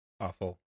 awful